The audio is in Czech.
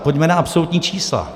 Pojďme na absolutní čísla.